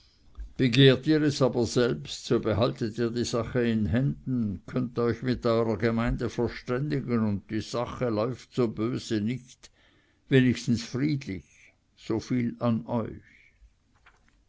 aber selbst so behaltet ihr die sache in händen könnt euch mit eurer gemeinde verständigen und die sache läuft so böse nicht wenigstens friedlich soviel an euch